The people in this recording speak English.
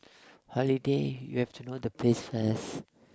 holiday you have to know the place first